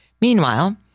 Meanwhile